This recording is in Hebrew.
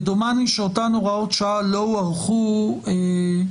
ודומני שאותן הוראות שעה לא הוארכו בשל